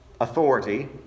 authority